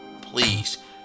Please